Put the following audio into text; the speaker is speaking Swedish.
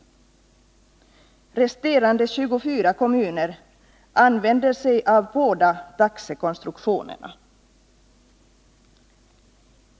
Resterande 24 kommuner använder sig av båda taxekonstruktionerna.